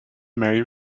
merry